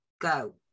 Go